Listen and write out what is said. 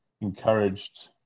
encouraged